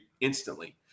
instantly